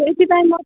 ସେଇଥିପାଇଁ ମ